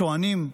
צוענים,